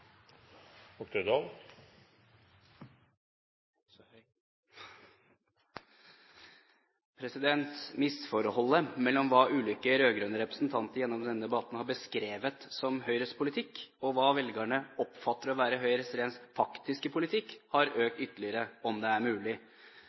2013. Misforholdet mellom hva ulike rød-grønne representanter gjennom denne debatten har beskrevet som Høyres politikk, og hva velgerne oppfatter å være Høyres rent faktiske politikk, har